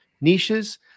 niches